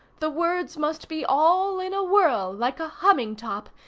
the words must be all in a whirl, like a humming-top,